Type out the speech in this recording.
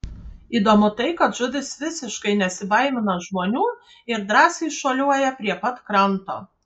įdomu tai kad žuvys visiškai nesibaimina žmonių ir drąsiai šuoliuoja prie pat kranto